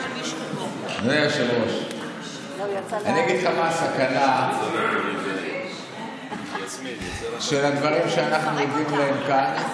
אני אגיד לך מה הסכנה של הדברים שאנחנו עדים להם כאן.